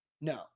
No